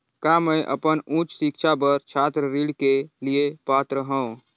का मैं अपन उच्च शिक्षा बर छात्र ऋण के लिए पात्र हंव?